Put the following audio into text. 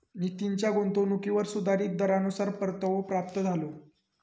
नितीनच्या गुंतवणुकीवर सुधारीत दरानुसार परतावो प्राप्त झालो